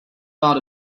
not